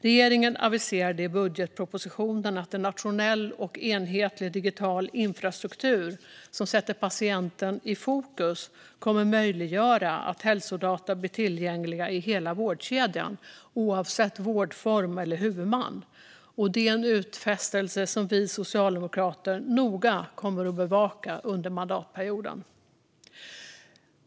Regeringen aviserade i budgetpropositionen att en nationell och enhetlig digital infrastruktur som sätter patienten i fokus kommer att möjliggöra att hälsodata blir tillgängliga i hela vårdkedjan oavsett vårdform eller huvudman. Det är en utfästelse som vi socialdemokrater noga kommer att bevaka under mandatperioden.